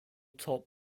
top